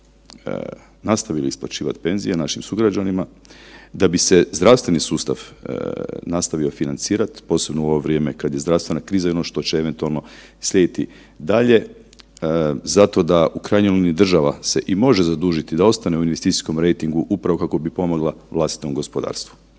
da bi se nastavila isplaćivati penzije našim sugrađanima, da bi se zdravstveni sustav nastavio financirati posebno u ovo vrijeme kad je zdravstvena kriza i ono što će eventualno slijediti dalje, zato da u krajnjoj liniji država se i može zadužiti da ostane u investicijskom rejtingu upravo kako bi pomogla vlastitom gospodarstvu.